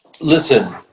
listen